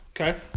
Okay